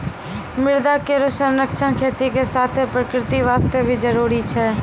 मृदा केरो संरक्षण खेती के साथें प्रकृति वास्ते भी जरूरी छै